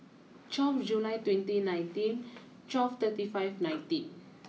twelve July twenty nineteen twelve thirty five nineteen